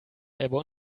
ebbe